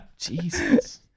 Jesus